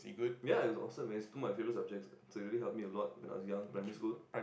ya it also very two of my favorite subjects he really help me a lot when I was young primary school